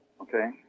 okay